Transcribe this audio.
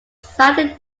slightly